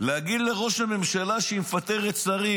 להגיד לראש הממשלה שהיא מפטרת שרים.